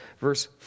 Verse